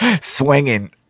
swinging